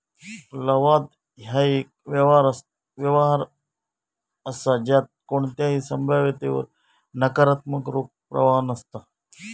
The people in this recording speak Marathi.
लवाद ह्या एक व्यवहार असा ज्यात कोणताही संभाव्यतेवर नकारात्मक रोख प्रवाह नसता